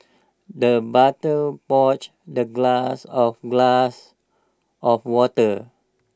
the butler the glass of glass of water